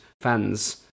fans